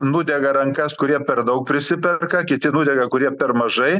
nudega rankas kurie per daug prisiperka kiti nudega kurie per mažai